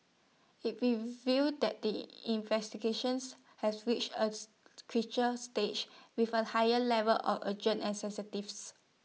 IT reveals that the investigations has reached A creature stage with A higher level of urgent and